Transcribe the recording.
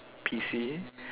P_C